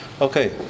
Okay